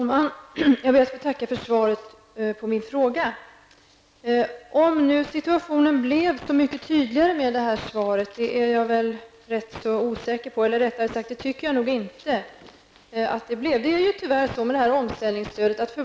Herr talman! Jag ber att få tacka för svaret på min fråga. Om situationen blev så mycket tydligare med det här svaret är jag rätt osäker på, eller rättare sagt, det tycker jag nog inte att den blev.